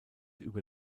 über